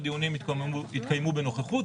רוב הדיונים התקיימו בנוכחות,